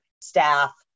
staff